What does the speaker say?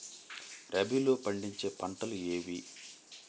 రబీలో పండించే పంటలు ఏవి?